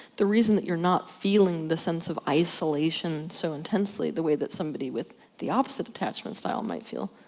the reason that you are not feeling the sense of isolation so intensely the way that somebody with the opposite attachment style might feel,